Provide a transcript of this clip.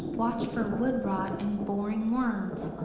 watch for wood rot and boring worms.